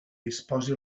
disposi